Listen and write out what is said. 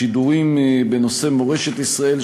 שידורים בנושא מורשת ישראל,